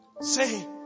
say